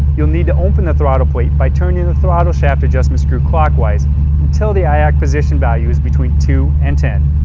you'll need to open the throttle plate by turning the throttle shaft adjustment screw clockwise until the iac position value is between two and ten.